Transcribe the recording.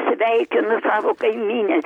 sveikinu savo kaimynes